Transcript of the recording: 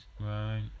right